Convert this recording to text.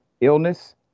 illness